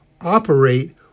operate